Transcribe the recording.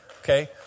okay